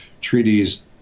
treaties